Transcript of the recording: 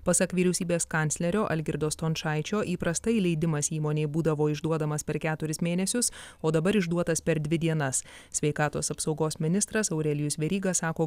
pasak vyriausybės kanclerio algirdo stončaičio įprastai leidimas įmonei būdavo išduodamas per keturis mėnesius o dabar išduotas per dvi dienas sveikatos apsaugos ministras aurelijus veryga sako